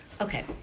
okay